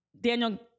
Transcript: Daniel